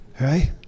right